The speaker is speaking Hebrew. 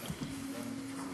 הציוני.